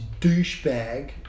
douchebag